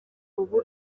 ubu